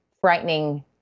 frightening